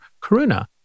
Karuna